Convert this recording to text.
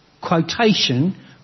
quotation